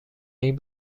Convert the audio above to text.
این